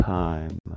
time